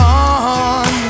on